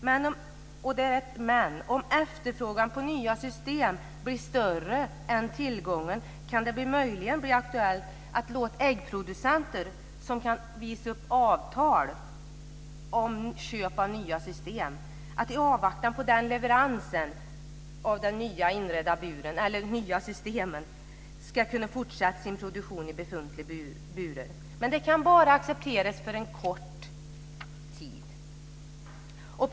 Men det finns ett men. Om efterfrågan på nya system blir större än tillgången, kan det möjligen bli aktuellt att låta äggproducenter som kan visa upp avtal om köp av nya system fortsätta sin produktion i befintliga burar i avvaktan på leveransen av de nya systemen. Men det kan bara accepteras för en kort tid.